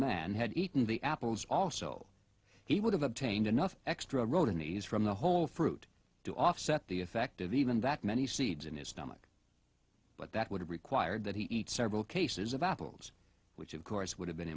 man had eaten the apples also he would have obtained enough extra road and ease from the whole fruit to offset the effect of even that many seeds in his stomach but that would have required that he eat several cases of apples which of course would have been